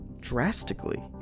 drastically